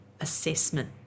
assessment